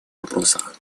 вопросах